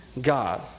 God